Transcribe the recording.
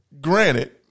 granted